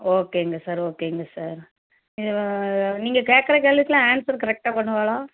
ஓகேங்க சார் ஓகேங்க சார் இவள் நீங்கள் கேக்கிற கேள்விக்கெல்லாம் ஆன்சர் கரெக்டாக பண்ணுவாளா